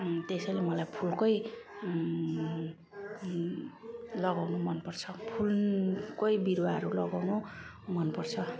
त्यसैले मलाई फुलकै लगाउनु मनपर्छ फुलकै बिरुवाहरू लगाउनु मनपर्छ